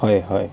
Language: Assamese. হয় হয়